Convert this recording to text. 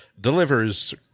delivers